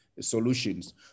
solutions